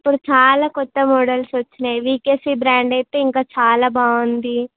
ఇప్పుడు చాలా కొత్త మోడల్స్ వచ్చాయి వీకేసీ బ్రాండ్ అయితే ఇంకా చాలా బాగుంది